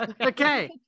Okay